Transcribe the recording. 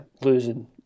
losing